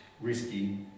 risky